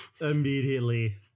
immediately